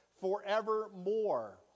forevermore